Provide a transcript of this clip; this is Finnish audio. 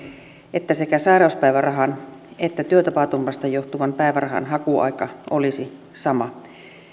että sekä sairauspäivärahan että työtapaturmasta johtuvan päivärahan hakuaika olisi sama